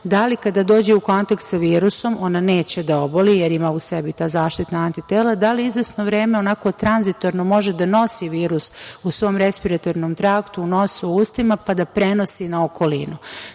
da li kada dođe u kontakt sa virusom ona neće da oboli jer ima u sebi ta zaštitna antitela, da li izvesno vreme onako tranzitorno može da nosi virus u svom respiratornom traktu, u nosu i ustima, pa da prenosi na okolinu. Znači,